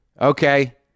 Okay